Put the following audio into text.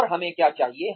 और हमें क्या चाहिए